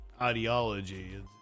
ideology